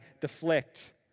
deflect